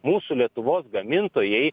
mūsų lietuvos gamintojai